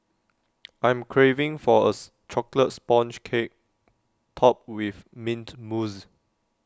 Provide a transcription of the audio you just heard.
I'm craving for A Chocolate Sponge Cake Topped with Mint Mousse